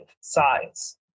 size